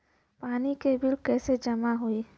पानी के बिल कैसे जमा होयी?